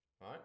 right